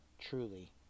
truly